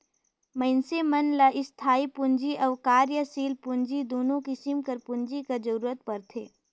मइनसे मन ल इस्थाई पूंजी अउ कारयसील पूंजी दुनो किसिम कर पूंजी कर जरूरत परथे